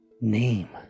name